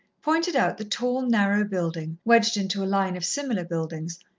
pointed out the tall, narrow building, wedged into a line of similar buildings,